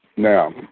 Now